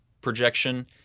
projection